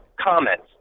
Comments